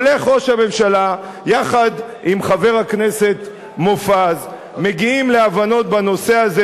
הולך ראש הממשלה יחד עם חבר הכנסת מופז ומגיעים להבנות בנושא הזה.